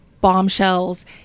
bombshells